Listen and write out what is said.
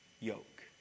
yoke